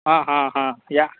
ಹಾಂ ಹಾಂ ಹಾಂ ಯ